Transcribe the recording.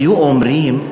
היו אומרים: